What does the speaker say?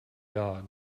god